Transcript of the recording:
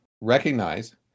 recognize